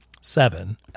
seven